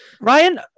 Ryan